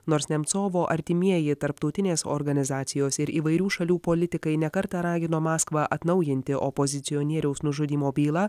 nors nemcovo artimieji tarptautinės organizacijos ir įvairių šalių politikai ne kartą ragino maskvą atnaujinti opozicionieriaus nužudymo bylą